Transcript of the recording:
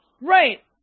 Right